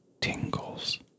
tingles